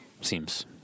Seems